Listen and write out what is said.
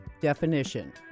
definition